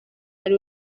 ari